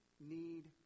need